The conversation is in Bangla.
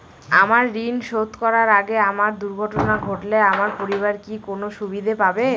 আমার ঋণ শোধ করার আগে আমার দুর্ঘটনা ঘটলে আমার পরিবার কি কোনো সুবিধে পাবে?